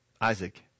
Isaac